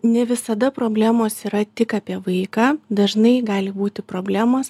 ne visada problemos yra tik apie vaiką dažnai gali būti problemos